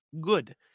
good